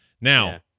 Now